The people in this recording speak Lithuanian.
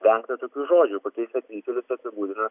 vengta tokių žodžių kokiais atvykėlius apibūdina